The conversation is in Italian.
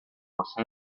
josé